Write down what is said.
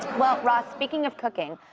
well, ross, speaking of cooking,